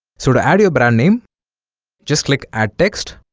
sort of add your brand name just click add text